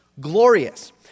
Glorious